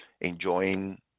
enjoying